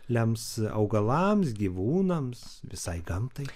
lems augalams gyvūnams visai gamtai